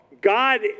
God